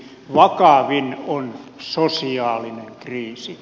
vakavin on sosiaalinen kriisi